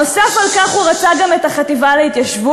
נוסף על כך הוא רצה גם את החטיבה להתיישבות,